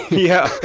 yeah.